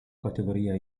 categoria